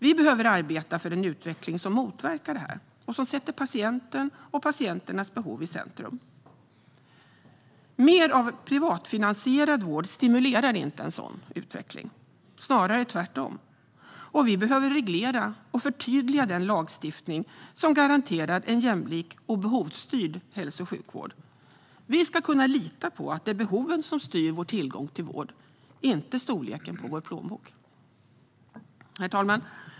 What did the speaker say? Vi behöver arbeta för en utveckling som motverkar det och som sätter patienten och patienternas behov i centrum. Mer av privatfinansierad vård stimulerar inte en sådan utveckling, snarare tvärtom. Vi behöver reglera och förtydliga den lagstiftning som garanterar en jämlik och behovsstyrd hälso och sjukvård. Vi ska kunna lita på att det är behoven som styr vår tillgång till vård och inte storleken på vår plånbok. Herr talman!